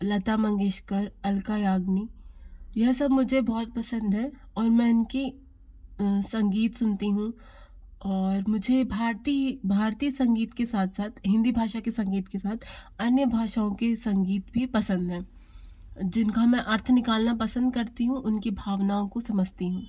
लता मंगेशकर अलका याग्निक यह सब मुझे बहुत पसंद है और मैं इनकी संगीत सुनती हूँ और मुझे भारतीय भारतीय संगीत के साथ साथ हिंदी भाषा के संगीत के साथ अन्य भाषाओं के संगीत भी पसंद हैं जिनका मैं अर्थ निकालना पसंद करती हूँ उनकी भावनाओं को समझता हूँ